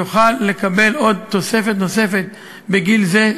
יוכל לקבל עוד תוספת נוספת בגין זה,